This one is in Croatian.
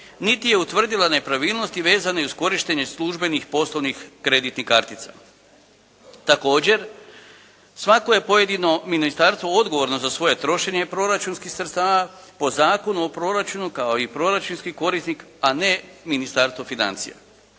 niti je utvrdila nepravilnosti vezane uz korištenje službenih poslovnih kreditnih kartica. Također, svako je pojedino ministarstvo odgovorno za svoje trošenje proračunskih sredstava po Zakonu o proračunu kao i proračunski korisnik a ne Ministarstvo financija.